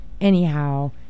anyhow